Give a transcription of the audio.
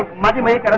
money makes